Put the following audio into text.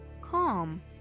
calm